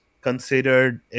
considered